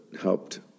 helped